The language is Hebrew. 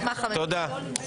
הישיבה ננעלה בשעה 11:27.